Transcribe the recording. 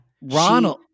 Ronald